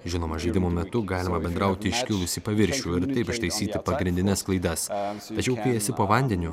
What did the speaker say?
žinoma žaidimo metu galima bendrauti iškilus į paviršių ir taip ištaisyti pagrindines klaidas tačiau kai esi po vandeniu